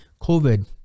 COVID